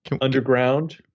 underground